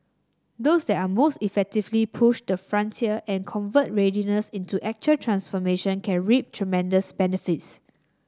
those that most effectively push the frontier and convert readiness into actual transformation can reap tremendous benefits